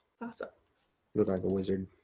awesome. look like a wizard.